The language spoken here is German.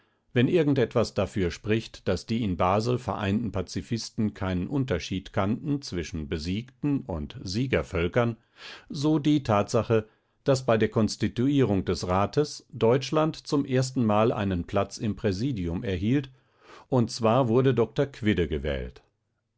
wenn irgend etwas dafür spricht daß die in basel vereinten pazifisten keinen unterschied kannten zwischen besiegten und siegervölkern so die tatsache daß bei der konstituierung des rates deutschland zum ersten mal einen platz im präsidium erhielt und zwar wurde dr quidde gewählt